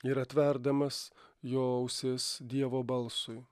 ir atverdamas jo ausis dievo balsui